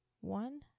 One